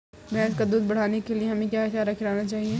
भैंस का दूध बढ़ाने के लिए हमें क्या चारा खिलाना चाहिए?